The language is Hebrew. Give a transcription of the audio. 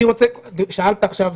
שאלת עכשיו,